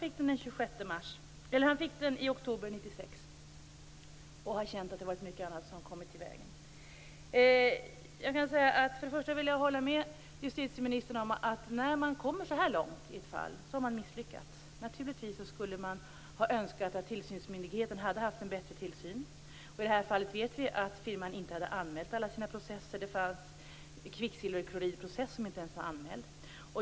Åklagaren fick utredningen i oktober 1996 och har känt att det har varit mycket annat som har kommit i vägen. Jag vill hålla med justitieministern om att när ett fall går så här långt har man misslyckats. Naturligtvis skulle man ha önskat att tillsynsmyndigheten hade utövat en bättre tillsyn. I det här fallet vet vi att firman inte hade anmält alla sina processer. Det fanns en kvicksilverkloridprocess som inte ens var anmäld.